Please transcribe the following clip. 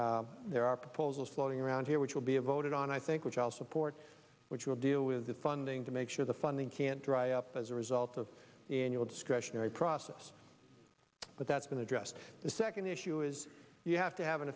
certainly there are proposals floating around here which will be voted on i think which i'll support which will deal with the funding to make sure the funding can dry up as a result of the annual discretionary process but that's been addressed the second issue is you have to have an